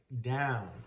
down